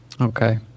Okay